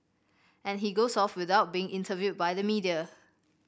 and he goes off without being interviewed by the media